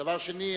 דבר שני,